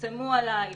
פרסמו עליהם,